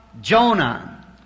Jonah